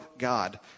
God